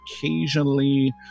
occasionally